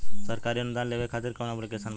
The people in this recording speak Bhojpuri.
सरकारी अनुदान लेबे खातिर कवन ऐप्लिकेशन बा?